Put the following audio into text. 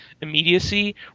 immediacy